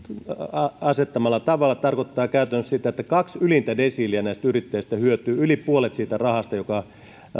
asettamalla tavalla tarkoittaa käytännössä sitä että kaksi ylintä desiiliä näistä yrittäjistä hyötyy yli puolet siitä rahasta joka